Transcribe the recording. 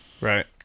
Right